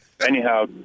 Anyhow